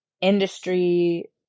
industry